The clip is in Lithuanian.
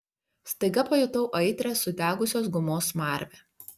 staiga pajutau aitrią sudegusios gumos smarvę